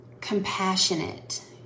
compassionate